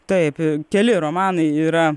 taip keli romanai yra